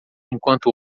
enquanto